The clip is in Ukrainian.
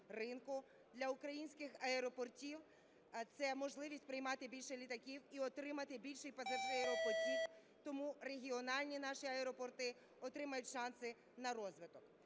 для українських аеропортів – це можливість приймати більше літаків і отримати більший пасажиропотік. Тому регіональні наші аеропорти отримають шанси на розвиток.